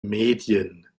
medien